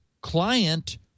client